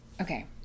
okay